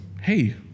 hey